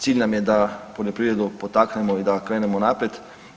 Cilj nam je da poljoprivredu potaknemo i da krenemo naprijed.